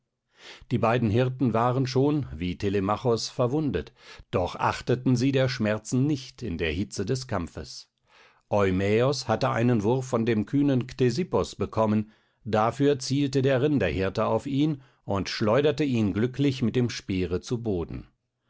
die beiden hirten waren schon wie telemachos verwundet doch achteten sie der schmerzen nicht in der hitze des kampfes eumäos hatte einen wurf von dem kühnen ktesippos bekommen dafür zielte der rinderhirte auf ihn und schleuderte ihn glücklich mit dem speere zu boden